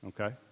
Okay